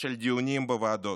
של דיונים בוועדות.